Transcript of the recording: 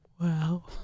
wow